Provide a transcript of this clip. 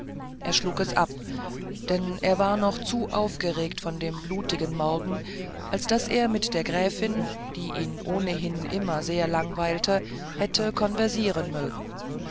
er schlug es ab denn er war noch zu aufgeregt von dem blutigen morgen als daß er mit der gräfin die ohnehin ihn immer sehr langweilte hätte konversieren mögen